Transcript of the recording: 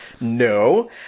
No